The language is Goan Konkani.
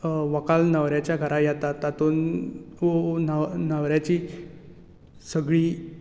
व्हंकल न्होवऱ्याच्या घरा येता तातूंत न्हव न्हवऱ्याची सगळीं